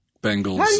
bengal's